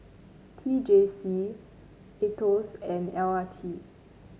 T J C Aetos and L R T